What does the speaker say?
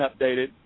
updated